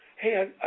hey